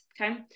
okay